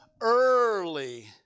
Early